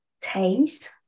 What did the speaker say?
Taste